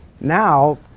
Now